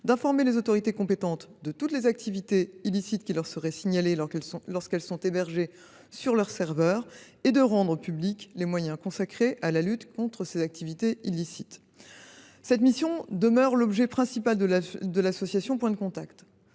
promptement les autorités compétentes de toutes les activités illicites » qui leur seraient signalées lorsqu’elles sont hébergées sur leurs serveurs et de « rendre publics les moyens consacrés à la lutte contre ces activités illicites ». Cette mission demeure l’objet principal de l’association Point de Contact.